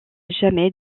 jamais